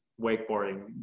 wakeboarding